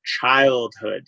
childhood